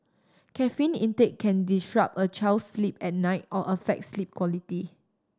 caffeine intake can disrupt a child's sleep at night or affect sleep quality